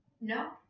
No